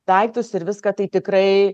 daiktus ir viską tai tikrai